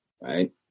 right